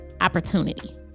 opportunity